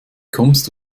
kommst